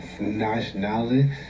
nationality